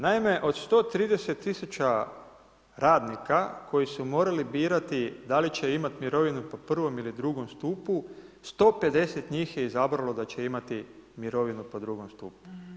Naime od 130000 radnika koji su morali birati, da li će imati mirovinu po prvom ili drugom stupu, 150 njih je izabralo da će imati mirovinu po drogom stupu.